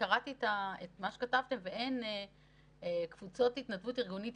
במה שכתבתם לא נכללות קבוצות התנדבות יישוביות.